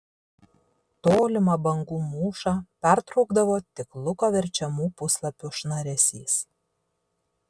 tolimą bangų mūšą pertraukdavo tik luko verčiamų puslapių šnaresys